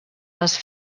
les